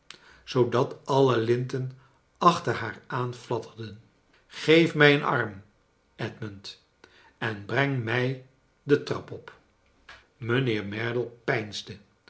zoodat alle linten achter haar aan fladderden geef mij een arm edmond en breng mij de trap op mijnheer merdle